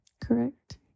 correct